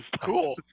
Cool